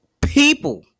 people